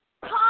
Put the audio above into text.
come